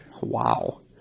wow